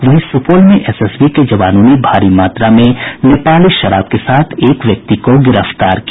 वहीं सुपौल में एसएसबी के जवानों ने भारी मात्रा में नेपाली शराब के साथ एक व्यक्ति को गिरफ्तार किया